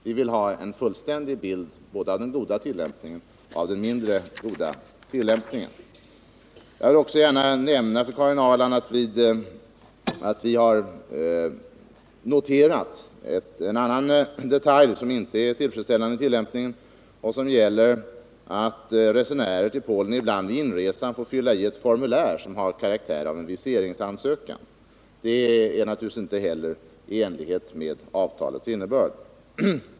Vi vill ha en fullständig bild, både av den goda tillämpningen och av den mindre goda tillämpningen av avtalet. Jag vill också gärna nämna för Karin Ahrland att vi har noterat en annan detalj i tillämpningen som inte är tillfredsställande. Det är att resenärer till Polen ibland vid inresan får fylla i ett formulär som har karaktär av en viseringsansökan. Det är naturligtvis inte heller i enlighet med avtalets innebörd.